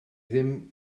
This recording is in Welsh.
ddim